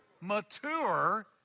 mature